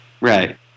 Right